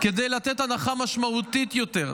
כדי לתת הנחה משמעותית יותר.